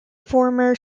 former